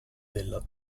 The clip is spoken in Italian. della